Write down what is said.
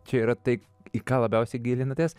čia yra tai į ką labiausiai gilinatės